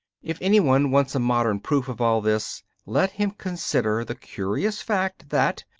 if any one wants a modern proof of all this, let him consider the curious fact that,